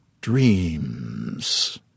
Dreams